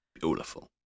Beautiful